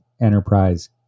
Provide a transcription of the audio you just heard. enterprise